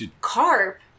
Carp